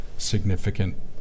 Significant